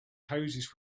houses